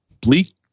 bleak